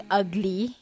ugly